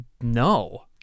no